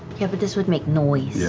yeah, but this would make noise. yeah